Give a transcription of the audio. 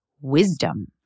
wisdom